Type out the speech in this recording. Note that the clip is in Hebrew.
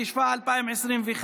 התשפ"א 2021,